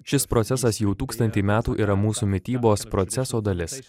šis procesas jau tūkstantį metų yra mūsų mitybos proceso dalis